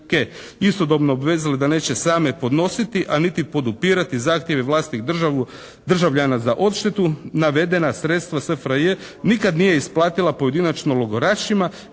istodobno obvezale da neće same podnositi a niti podupirati zahtjeve vlastitih državljana za odštetu. Navedena sredstva SFRJ nikad nije isplatila pojedinačno logorašima